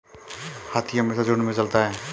हाथी हमेशा झुंड में चलता है